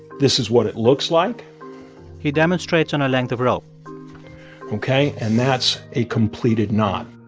this is what it looks like he demonstrates on a length of rope ok. and that's a completed knot.